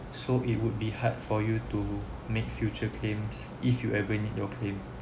so it would be hard for you to make future claims if you ever need your claim